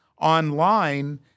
online